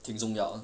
挺重要